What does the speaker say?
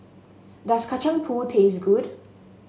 does Kacang Pool taste good